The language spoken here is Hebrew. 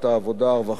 הרווחה והבריאות.